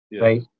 right